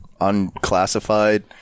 unclassified